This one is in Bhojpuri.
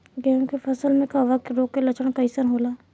गेहूं के फसल में कवक रोग के लक्षण कइसन होला?